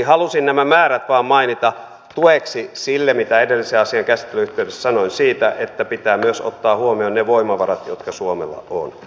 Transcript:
halusin nämä määrät vain mainita tueksi sille mitä edellisen asian käsittelyn yhteydessä sanoin siitä että pitää myös ottaa huomioon ne voimavarat jotka suomella on